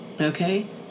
okay